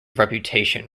reputation